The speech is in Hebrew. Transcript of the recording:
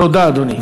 תודה, אדוני.